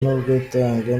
n’ubwitange